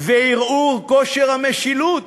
"וערעור כושר המשילות,